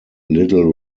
little